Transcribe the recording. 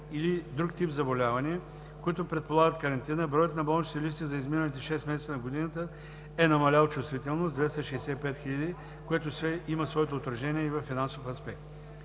или друг тип заболявания, които предполагат карантина, броят на болничните листове за изминалите 6 месеца на годината е намалял чувствително с 265 хиляди, което има своето отражение и във финансов аспект.